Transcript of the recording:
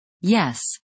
Yes